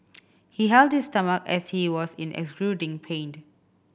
he held his stomach as he was in excruciating pained